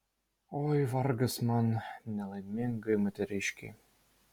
oi vargas man nelaimingai moteriškei